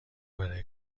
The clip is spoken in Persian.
برای